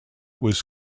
was